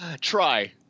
Try